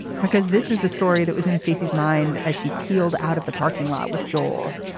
because this is the story that was in stacy's mind as she peeled out of the parking lot with joel.